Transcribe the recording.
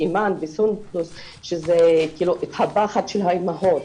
אימאן וסונדוס על הפחד של האימהות.